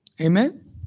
Amen